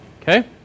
Okay